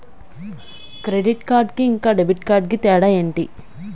Credit card కి ఇంకా debit card కి తేడా ఏంటి?